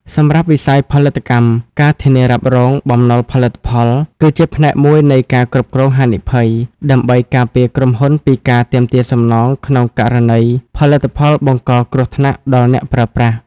សម្រាប់វិស័យផលិតកម្ម ការធានារ៉ាប់រង បំណុលផលិតផល គឺជាផ្នែកមួយនៃ ការគ្រប់គ្រងហានិភ័យ ដើម្បីការពារក្រុមហ៊ុនពីការទាមទារសំណងក្នុងករណីផលិតផលបង្កគ្រោះថ្នាក់ដល់អ្នកប្រើប្រាស់។